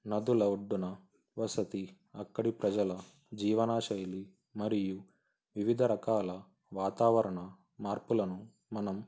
నదుల ఒడ్డున వసతి అక్కడి ప్రజల జీవనా శైలి మరియు వివిధ రకాల వాతావరణ మార్పులను మనం